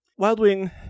Wildwing